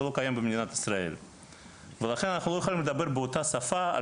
שלא קיים במדינת ישראל ולכן אנחנו לא יכולים לדבר באותה שפה,